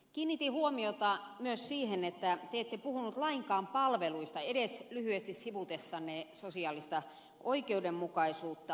kiinnitin huomiota myös siihen että te ette puhunut lainkaan palveluista edes lyhyesti sivutessanne sosiaalista oikeudenmukaisuutta